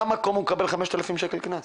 במקום הוא מקבל 5,000 שקלים קנס.